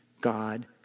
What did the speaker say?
God